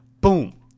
Boom